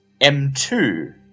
M2